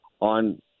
on